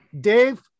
Dave